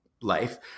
life